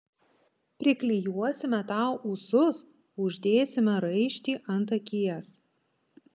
priklijuosime tau ūsus uždėsime raištį ant akies